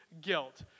guilt